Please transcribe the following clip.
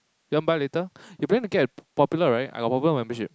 you want buy later you planning to get popular right I got popular membership